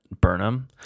Burnham